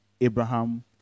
abraham